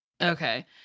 Okay